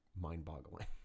mind-boggling